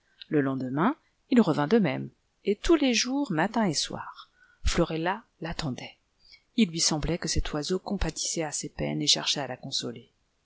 le lendemain il revint de même et tous les jours matin et soir florella l'attendait il lui semblait que cet oiseau comvatissait à ses peines et cherchait à la consoler